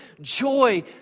joy